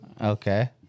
Okay